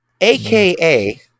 aka